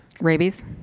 Rabies